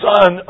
Son